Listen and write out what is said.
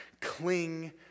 Cling